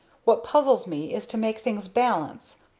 what puzzles me is to make things balance.